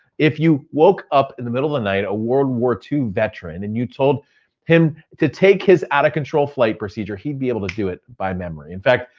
if you woke up in the middle of night, a world war ii veteran and you told him to take his out-of-control flight procedure, he'd be able to do it by memory. in fact,